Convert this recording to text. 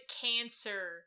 cancer